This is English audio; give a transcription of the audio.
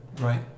Right